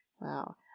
Wow